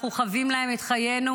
אנחנו חבים להם את חיינו,